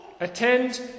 attend